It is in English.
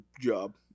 job